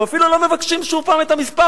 הם אפילו לא מבקשים שוב את המספר.